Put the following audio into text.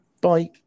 Bye